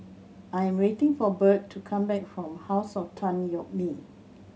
I am waiting for Burt to come back from House of Tan Yeok Nee